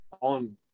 on –